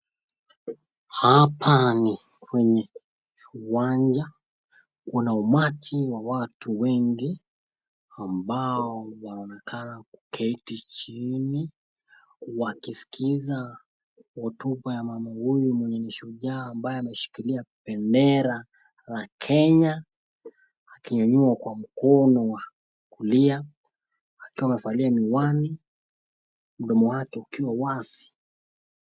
Hapa ni kwenye uwanja ,kuna umati wa watu wengi ambao wanakaa kuketi chini, wakiskiza hotuba ya mama huyu mwenye ni shujaa ambaye, ameshikilia bendera la Kenya, akiinua kwa mkono wa kulia ,akiwa amevalia miwani ,mdomo wake ukiwa wazi.